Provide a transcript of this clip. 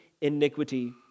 iniquity